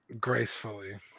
gracefully